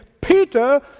Peter